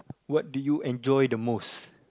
what do you enjoy the most